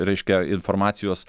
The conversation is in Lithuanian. reiškia informacijos